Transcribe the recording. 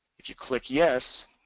if you click yes,